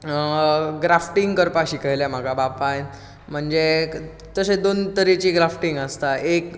grafting करपाक शिकयलें म्हाका बापायन म्हणजे तशें दोन तरेचीं ग्राफटींग आसतात एक